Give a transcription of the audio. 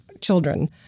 children